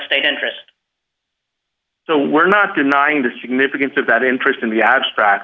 state interest so we're not denying the significance of that interest in the abstract